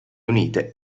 unite